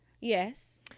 Yes